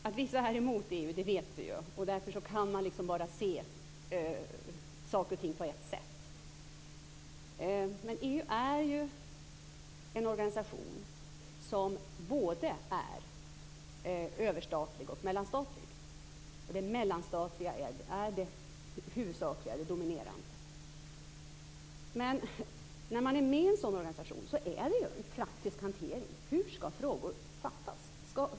Fru talman! Att vissa här är mot EU vet vi ju. Därför kan de bara se saker och ting på ett sätt. Men EU är ju en organisation som både är överstatlig och mellanstatlig. Och det mellanstatliga är det huvudsakliga, det dominerande. När man är med i en sådan organisation är det ju en praktisk hantering. Hur skall frågor uppfattas?